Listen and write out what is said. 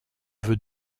veut